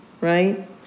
right